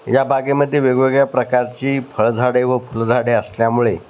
या बागेमध्ये वेगवेगळ्या प्रकारची फळ झाडे व फुलझाडे असल्यामुळे